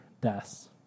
deaths